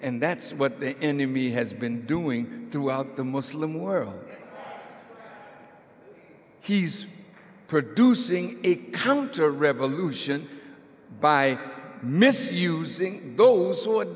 and that's what the enemy has been doing throughout the muslim world he's producing a counter revolution by misusing those